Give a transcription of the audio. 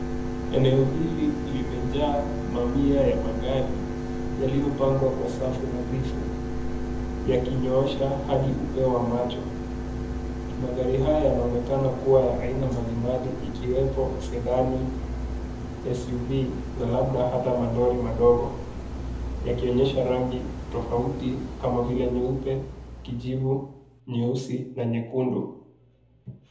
Eneo hili limejaa mamia ya magari yaliyopangwa kwa safu nadhifu, yakinyoosha hadi wa upeo wa macho. Magari haya yanaonekana kuwa ya aina mbalimbali ikiwepo Sedan, SUV na labda hata malori madogo, yakionyesha rangi tofauti kama vile nyeupe, kijivu, nyeusi na nyekundu.